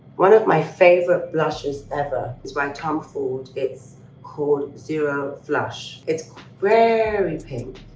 one of my favorite blushes ever is by tom ford. it's called zero flush. it's very pink,